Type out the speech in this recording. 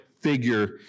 figure